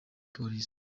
polisi